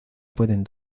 pueden